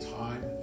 time